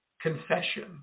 Confession